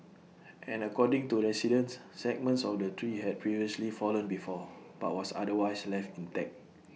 and according to residents segments of the tree had previously fallen before but was otherwise left intact